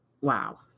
Wow